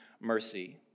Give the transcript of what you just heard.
mercy